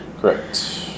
Correct